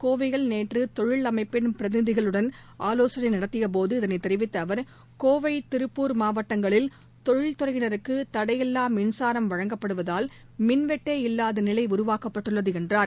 கோவையில் நேற்று தொழில் அமைப்பின் பிரதிநிதிகளுடன் ஆலோசனை நடத்தியபோது இதனை தெரிவித்த அவர் கோவை திருப்பூர் மாவட்டங்களில் தொழில்துறையினருக்கு தடையில்லா மின்சாரம் வழங்கப்படுவதால் மின்வெட்டே இல்லாத நிலை உருவாக்கப்பட்டுள்ளது என்றார்